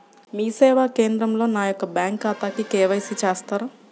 మీ సేవా కేంద్రంలో నా యొక్క బ్యాంకు ఖాతాకి కే.వై.సి చేస్తారా?